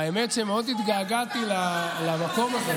האמת שמאוד התגעגעתי למקום הזה.